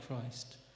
Christ